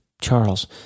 Charles